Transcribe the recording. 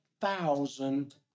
thousand